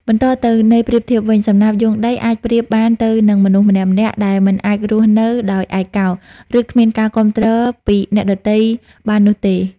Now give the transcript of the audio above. បន្តទៅន័យប្រៀបធៀបវិញ សំណាបយោងដី អាចប្រៀបបានទៅនឹងមនុស្សម្នាក់ៗ ដែលមិនអាចរស់នៅដោយឯកោ ឬគ្មានការគាំទ្រពីអ្នកដទៃបាននោះទេ។